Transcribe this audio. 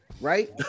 right